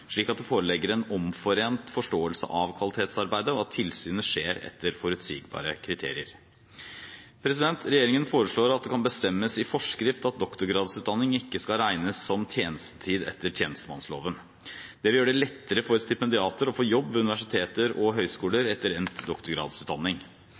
slik at det foreligger en omforent forståelse av kvalitetsarbeidet, og at tilsynet skjer etter forutsigbare kriterier. Regjeringen foreslår at det kan bestemmes i forskrift at doktorgradsutdanning ikke skal regnes som tjenestetid etter tjenestemannsloven. Det vil gjøre det lettere for stipendiater å få jobb ved universiteter og